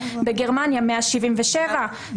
בגרמניה 177 שקלים,